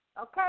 Okay